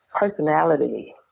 personality